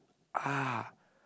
ah